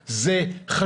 20 מיליארד שקל תוצר,